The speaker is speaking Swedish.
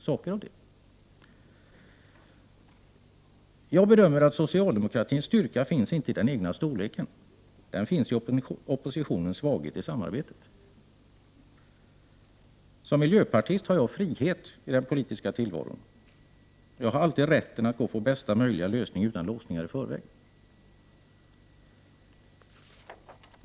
Jag bedömer saken så, att socialdemokratins styrka finns inte i partiets egen storlek. Den finns i oppositionens svaghet när det gäller att samarbeta. Som miljöpartist har jag frihet i den politiska tillvaron. Jag har alltid rätt att välja bästa möjliga lösning, utan låsningar i förväg.